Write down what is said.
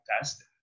test